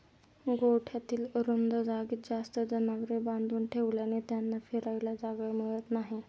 गोठ्यातील अरुंद जागेत जास्त जनावरे बांधून ठेवल्याने त्यांना फिरायला जागा मिळत नाही